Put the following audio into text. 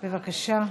בבקשה.